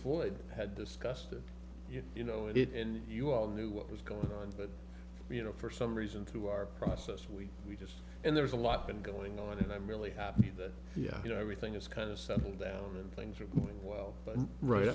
ford had discussed it you know it and you all knew what was going on but you know for some reason through our process we we just and there's a lot been going on and i'm really happy that you know everything is kind of settled down and things are going well but right